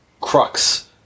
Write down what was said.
crux